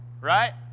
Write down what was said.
right